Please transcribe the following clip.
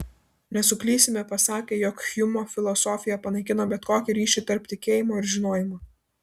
nesuklysime pasakę jog hjumo filosofija panaikino bet kokį ryšį tarp tikėjimo ir žinojimo